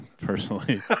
personally